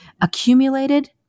accumulated